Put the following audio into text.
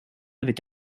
avec